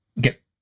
get